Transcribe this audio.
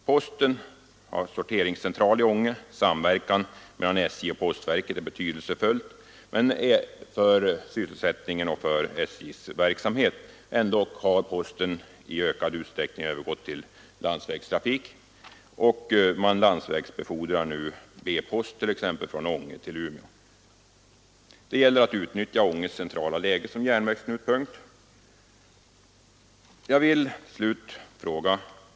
Posten har sorteringscentral i Ånge. Samverkan mellan SJ och postverket är betydelsefull för sysselsättningen och för SJ:s verksamhet. Men posten har i ökad utsträckning övergått till landsvägstrafik och landsvägsbefordrar nu t.ex. B-post mellan Ånge och Umeå. Det gäller att utnyttja Ånges centrala läge som järnvägsknut.